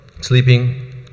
Sleeping